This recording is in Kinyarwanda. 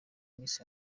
miss